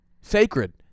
Sacred